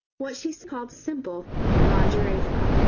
what she called simple lingerie frock.